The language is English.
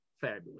fabulous